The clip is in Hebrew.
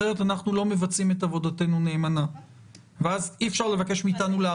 אחרת אנחנו לא מבצעים את עבודתנו נאמנה ואז אי אפשר לבקש מאיתנו להרחיב.